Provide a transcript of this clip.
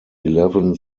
eleven